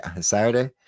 Saturday